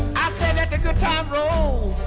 i said, let the good times roll